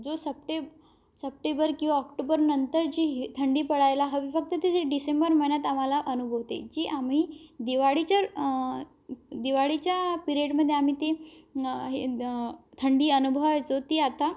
जो september september किंवा october नंतर जी ही थंडी पडायला हवी फक्त ती ती डिसेंबर महिन्यात आम्हाला अनुभवते जी आम्ही दिवाळीच्या दिवाळीच्या पिरेडमध्ये आम्ही ती हे थंडी अनुभवायचो ती आता